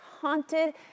haunted